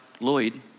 Lloyd